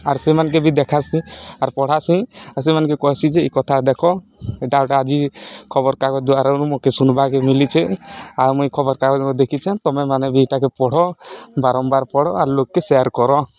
ଆର୍ ସେମାନ୍କେ ବି ଦେଖାସିଁ ଆର୍ ପଢ଼ାସିଁ ଆର୍ ସେମାନ୍କେ କହେସିଁ ଯେ ଇ କଥା ଦେଖ ଇଟା ଗୁଟେ ଆଜି ଖବର୍କାଗଜ୍ ଦ୍ଵାରାନୁ ମକେ ଶୁନ୍ବାକେ ମିଲିଛେ ଆଉ ମୁଇଁ ଖବର୍କାଗଜନୁ ଦେଖିଛେଁ ତମେମାନେ ବି ଇଟାକେ ପଢ଼ ବାରମ୍ବାର ପଢ଼ ଆର୍ ଲୋକ୍କେ ସେୟାର୍ କର